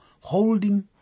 holding